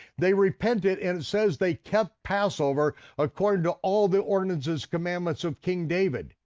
they repented and it says they kept passover according to all the ordinances, commandments of king david.